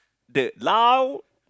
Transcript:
loud